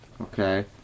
Okay